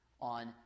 on